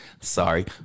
Sorry